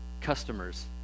customers